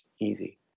easy